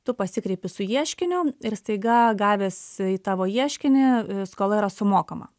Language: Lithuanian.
tu pasikreipi su ieškiniu ir staiga gavęs tavo ieškinį skola yra sumokama